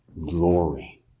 glory